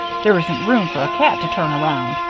there isn't room for a cat to turn around,